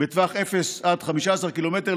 בטווח 0 15 קילומטר,